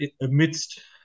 amidst